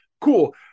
Cool